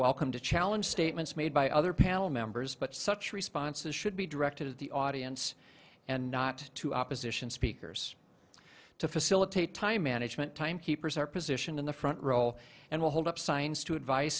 welcome to challenge statements made by other panel members but such responses should be directed at the audience and not to opposition speakers to facilitate time management time keepers are positioned in the front role and will hold up signs to advice